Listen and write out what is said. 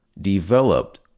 developed